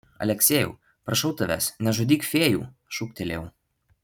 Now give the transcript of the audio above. aleksejau prašau tavęs nežudyk fėjų šūktelėjau